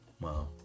Wow